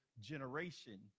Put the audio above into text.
generation